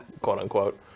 quote-unquote